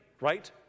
right